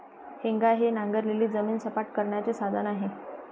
हेंगा हे नांगरलेली जमीन सपाट करण्याचे साधन आहे